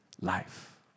life